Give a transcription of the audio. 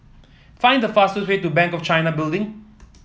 find the fastest way to Bank of China Building